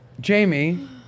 Jamie